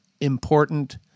important